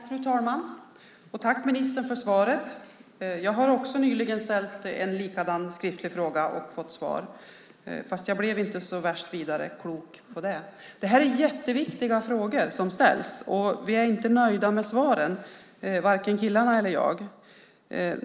Fru talman! Tack för svaret, ministern! Jag har också nyligen ställt en liknande skriftlig fråga och fått svar, fast jag blev inte så värst vidare mycket klokare av det. Det är jätteviktiga frågor som ställs, och vi är inte nöjda med svaren, varken killarna eller jag.